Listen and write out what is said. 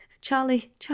Charlie